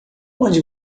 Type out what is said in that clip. onde